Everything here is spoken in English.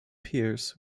piers